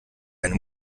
einen